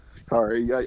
Sorry